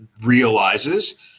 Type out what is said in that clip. realizes